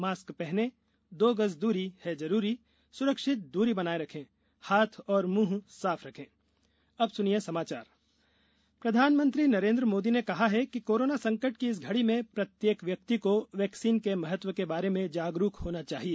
mask पहनें दो गज दूरी है जरूरी स्रक्षित दूरी बनाये रखें हाथ और मुंह साफ रखें अब सुनिए समाचार मन की बात प्रधानमंत्री नरेन्द्र मोदी ने कहा है कि कोरोना संकट की इस घड़ी में प्रत्येक व्यक्ति को वैक्सीन के महत्व के बारे में जागरूक होना चाहिए